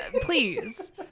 Please